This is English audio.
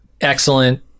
excellent